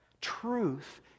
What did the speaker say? Truth